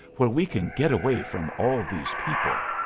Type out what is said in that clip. where we can get away from all these people.